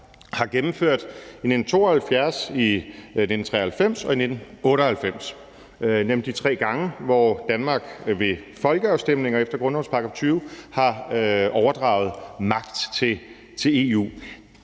har gennemført i 1972, i 1993 og i 1998, nemlig de tre gange, hvor Danmark ved folkeafstemninger efter grundlovens § 20 har overdraget magt til EU,